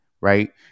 Right